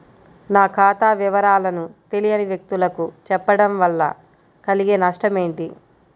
నా ఖాతా వివరాలను తెలియని వ్యక్తులకు చెప్పడం వల్ల కలిగే నష్టమేంటి?